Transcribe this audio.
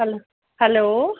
hello hello